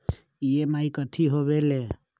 EMI कथी होवेले?